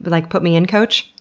but like put me in, coach?